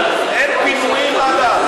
אין פינויים עד אז.